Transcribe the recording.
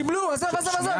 קיבלו עזוב עזוב עזוב,